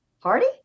party